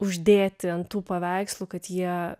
uždėti ant tų paveikslų kad jie